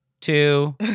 two